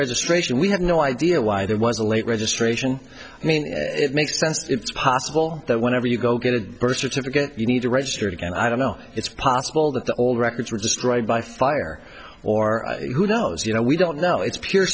registration we have no idea why there was a late registration i mean it makes sense that it's possible that whenever you go get a birth certificate you need to register again i don't know it's possible that the old records were destroyed by fire or who knows you know we don't know it's pure